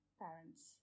parents